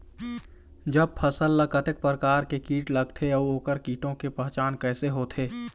जब फसल ला कतेक प्रकार के कीट लगथे अऊ ओकर कीटों के पहचान कैसे होथे?